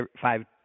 five